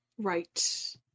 Right